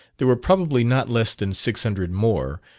there were probably not less than six hundred more,